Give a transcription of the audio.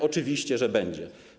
Oczywiście, że będzie.